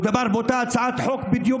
מדובר באותה הצעת חוק בדיוק,